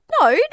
No